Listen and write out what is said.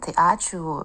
tai ačiū